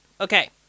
okay